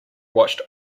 watched